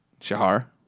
Shahar